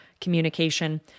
communication